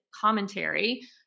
commentary